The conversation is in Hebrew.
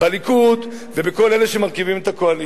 בליכוד ובכל אלה שמרכיבים את הקואליציה.